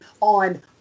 on